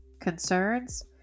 concerns